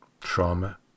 trauma